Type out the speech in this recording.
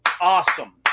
awesome